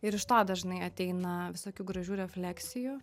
ir iš to dažnai ateina visokių gražių refleksijų